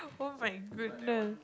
oh-my-goodness